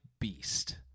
Beast